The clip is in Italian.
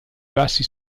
bassi